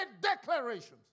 declarations